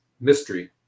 mystery